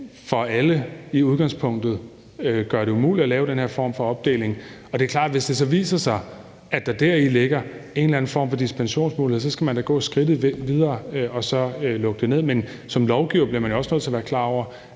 hvor vi i udgangspunktet gør det umuligt for alle at lave den her form for opdeling. Det er klart, at hvis det så viser sig, at der deri ligger en eller anden form for dispensationsmulighed, så skal man da gå skridtet videre og så lukke det ned, men som lovgivere bliver man jo også nødt til at være klar over,